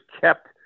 kept